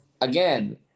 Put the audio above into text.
again